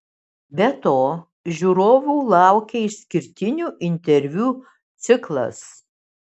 be to žiūrovų laukia išskirtinių interviu ciklas